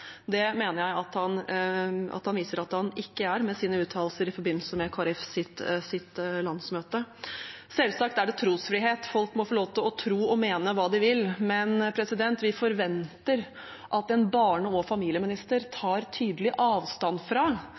Det mener jeg han med sine uttalelser i forbindelse med Kristelig Folkepartis landsmøte viser at han ikke er. Selvsagt er det trosfrihet. Folk må få lov til å tro og mene hva de vil, men vi forventer at en barne- og familieminister tar tydelig avstand fra